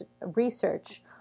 research